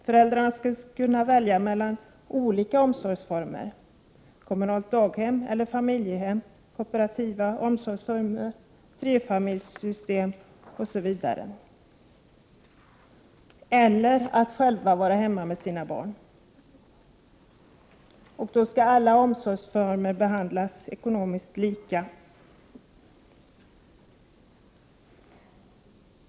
Föräldrarna skall kunna välja mellan olika omsorgsformer, kommunalt daghem eller familjedaghem, kooperativa omsorgsformer, trefamiljssystem osv. eller att själva vara hemma med sina barn. Då skall alla omsorgsformer behandlas ekonomiskt lika.